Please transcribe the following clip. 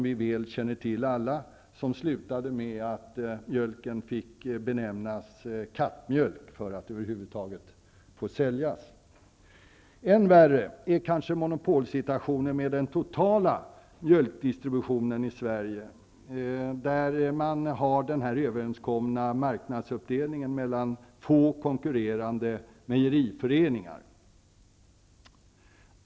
Vi känner alla väl till att mjölken till slut fick benämnas kattmjölk för att över huvud taget få säljas. Än värre är kanske monopolsituationen när det gäller den totala mjölkdistributionen i Sverige med en överenskommen marknadsuppdelning mellan få konkurrerande mejeriföreningar.